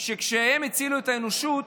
שכשהם הצילו את האנושות,